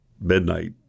midnight